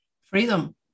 Freedom